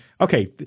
Okay